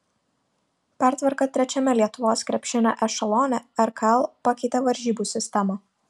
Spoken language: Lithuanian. pertvarka trečiame lietuvos krepšinio ešelone rkl pakeitė varžybų sistemą